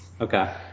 okay